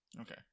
Okay